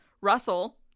Russell